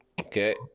Okay